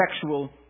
sexual